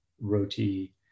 roti